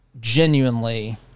genuinely